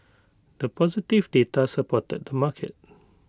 the positive data supported the market